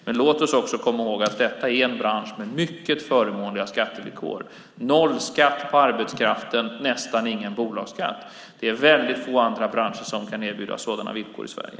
Men låt oss också komma ihåg att detta är en bransch med mycket förmånliga skattevillkor - noll skatt på arbetskraften och nästan ingen bolagsskatt. Det är väldigt få andra branscher som kan erbjuda sådana villkor i Sverige.